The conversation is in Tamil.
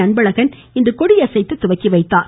அன்பழகன் இன்று கொடியசைத்து துவக்கி வைத்தார்